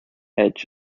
edge